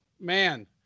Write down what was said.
man